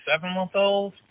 seven-month-old